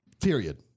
period